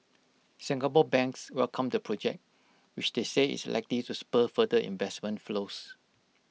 Singapore banks welcomed the project which they say is likely to spur further investment flows